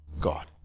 God